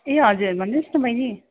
ए हजुर भन्नुहोस् न बैनी